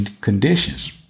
conditions